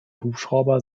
hubschrauber